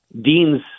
Dean's